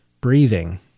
breathing